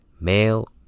Male